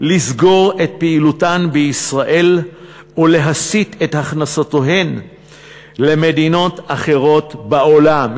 לסגור את פעילותן בישראל ולהסיט את הכנסותיהן למדינות אחרות בעולם.